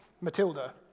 Matilda